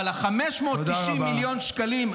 אבל ה-590 מיליון שקלים,